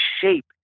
shape